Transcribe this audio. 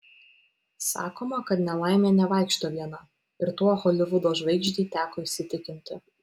sakoma kad nelaimė nevaikšto viena ir tuo holivudo žvaigždei teko įsitikinti